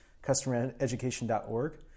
customereducation.org